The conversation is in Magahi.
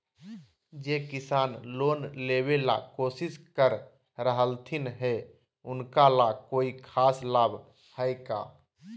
जे किसान लोन लेबे ला कोसिस कर रहलथिन हे उनका ला कोई खास लाभ हइ का?